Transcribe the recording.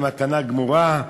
במתנה גמורה,